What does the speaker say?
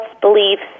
beliefs